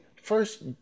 First